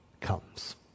comes